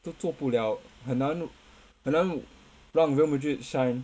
都做不了很难很难让 Real Madrid shine